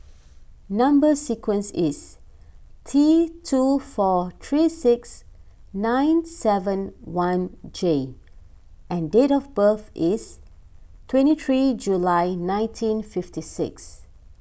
Number Sequence is T two four three six nine seven one J and date of birth is twenty three July nineteen fifty six